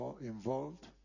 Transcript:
involved